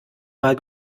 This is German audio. mal